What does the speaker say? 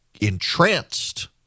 entranced